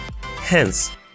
Hence